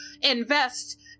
invest